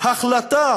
החלטה